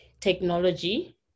technology